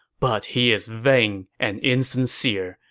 but he is vain and insincere,